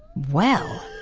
well.